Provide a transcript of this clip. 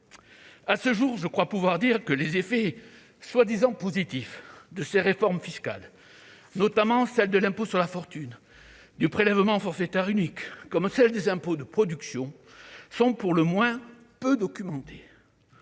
À ce jour, je crois pouvoir dire que les effets prétendument positifs de ces réformes fiscales, notamment celles de l'impôt sur la fortune, du prélèvement forfaitaire unique, comme celle des impôts de production, sont pour le moins peu documentés.